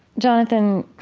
jonathan,